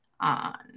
on